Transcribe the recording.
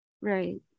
Right